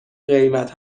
قیمت